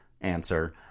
answer